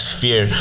fear